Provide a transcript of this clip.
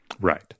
Right